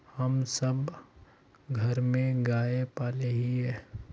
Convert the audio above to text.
हम सब घर में गाय पाले हिये?